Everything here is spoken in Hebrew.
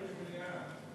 התשע"ה 2014,